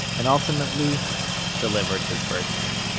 and ultimately delivered his verdict.